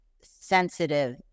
sensitive